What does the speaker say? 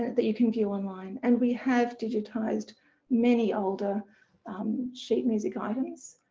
that you can view online. and we have digitized many older um sheet music items,